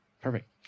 perfect